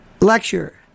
lecture